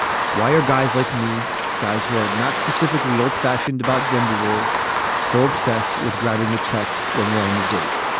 why are guys like me guys who are not specifically old fashioned about gender roles so obsessed with grabbing the check when we're on a date